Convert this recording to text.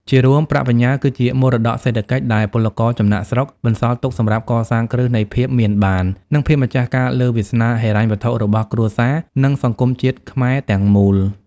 ជារួម ប្រាក់បញ្ញើគឺជា "មរតកសេដ្ឋកិច្ច" ដែលពលករចំណាកស្រុកបន្សល់ទុកសម្រាប់កសាងគ្រឹះនៃភាពមានបាន និងភាពម្ចាស់ការលើវាសនាហិរញ្ញវត្ថុរបស់គ្រួសារ និងសង្គមជាតិខ្មែរទាំងមូល។